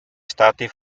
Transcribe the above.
stati